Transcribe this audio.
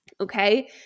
Okay